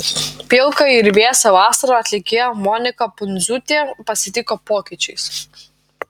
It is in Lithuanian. pilką ir vėsią vasarą atlikėja monika pundziūtė pasitiko pokyčiais